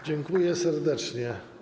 Dziękuję serdecznie.